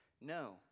No